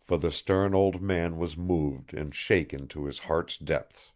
for the stern old man was moved and shaken to his heart's depths.